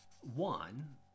One